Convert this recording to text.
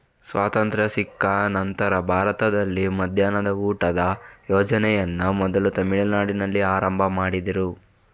ಸ್ವಾತಂತ್ರ್ಯ ಸಿಕ್ಕ ನಂತ್ರ ಭಾರತದಲ್ಲಿ ಮಧ್ಯಾಹ್ನದ ಊಟದ ಯೋಜನೆಯನ್ನ ಮೊದಲು ತಮಿಳುನಾಡಿನಲ್ಲಿ ಆರಂಭ ಮಾಡಿದ್ರು